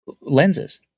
lenses